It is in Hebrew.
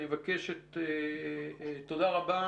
תודה רבה.